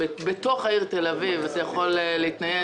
בתוך העיר תל אביב אתה יכול להתנייד